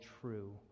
true